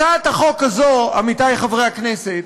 הצעת החוק הזאת, עמיתי חברי הכנסת,